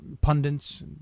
pundits